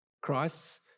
Christ's